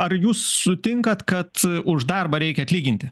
ar jūs sutinkat kad už darbą reikia atlyginti